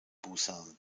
busan